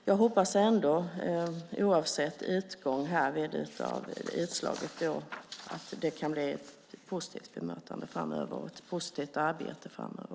Jag hoppas alltså ändå, oavsett utslag, att det kan bli ett positivt bemötande och ett positivt arbete framöver.